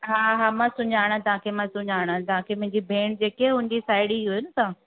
हा हा मां सुञाणा तव्हांखे मां सुञाणा तव्हांखे मुंहिंजी भेण जेकी आहे हुनजी साहेड़ी हुयूं न तव्हां